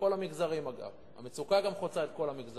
לכל המגזרים, אגב, המצוקה גם חוצה את כל המגזרים.